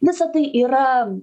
visa tai yra